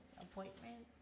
appointments